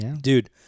Dude